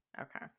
okay